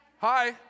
hi